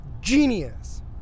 Genius